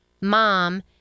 mom